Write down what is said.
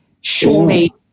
Surely